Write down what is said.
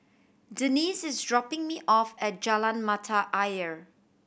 Denis is dropping me off at Jalan Mata Ayer